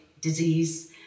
disease